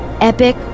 epic